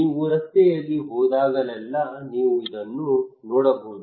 ನೀವು ರಸ್ತೆಯಲ್ಲಿ ಹೋದಾಗಲೆಲ್ಲಾ ನೀವು ಇದನ್ನು ನೋಡಬಹುದು